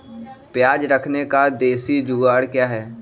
प्याज रखने का देसी जुगाड़ क्या है?